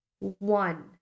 one